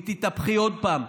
אם תתהפכי עוד פעם,